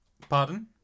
Pardon